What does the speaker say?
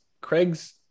Craig's